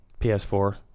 PS4